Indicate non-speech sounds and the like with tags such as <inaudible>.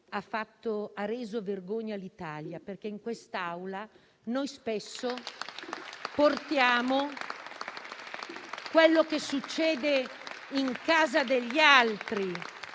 ha reso vergogna all'Italia. <applause> In quest'Aula spesso portiamo quello che succede in casa degli altri.